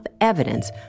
evidence